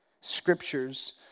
scriptures